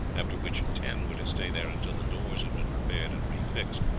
after which ten were to stay there until the doors had been repaired and refixed.